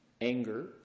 anger